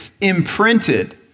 imprinted